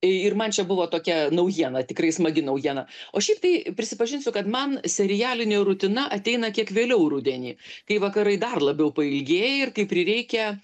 ir man čia buvo tokia naujiena tikrai smagi naujiena o šiaip tai prisipažinsiu kad man serialinė rutina ateina kiek vėliau rudenį kai vakarai dar labiau pailgėja ir kai prireikia